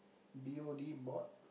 B_O_D bod